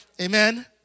Amen